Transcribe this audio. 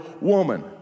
woman